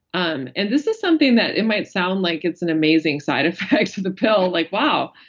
um and this is something that it might sound like it's an amazing side effect to the pill. like, wow,